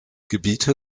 gebiete